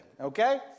Okay